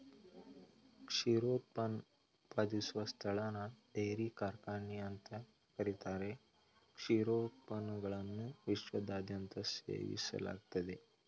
ಕ್ಷೀರೋತ್ಪನ್ನ ಉತ್ಪಾದಿಸುವ ಸ್ಥಳನ ಡೈರಿ ಕಾರ್ಖಾನೆ ಅಂತ ಕರೀತಾರೆ ಕ್ಷೀರೋತ್ಪನ್ನಗಳನ್ನು ವಿಶ್ವದಾದ್ಯಂತ ಸೇವಿಸಲಾಗ್ತದೆ